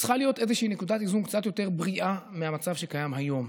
צריכה להיות איזושהי נקודת איזון קצת יותר בריאה מהמצב שקיים היום.